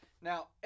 Now